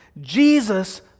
Jesus